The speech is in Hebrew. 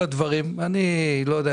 אני אל יודע.